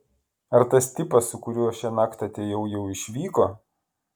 ar tas tipas su kuriuo šiąnakt atėjau jau išvyko